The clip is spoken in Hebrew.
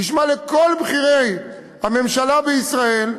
תשמע לכל בכירי הממשלה בישראל,